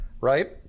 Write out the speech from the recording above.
right